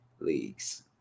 leagues